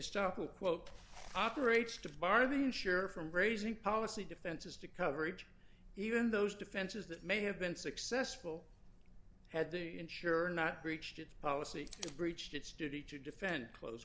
a quote operates to bar the insurer from raising policy defenses to coverage even those defenses that may have been successful had the insurer not breached its policy breached its duty to defend close